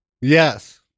Yes